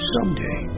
Someday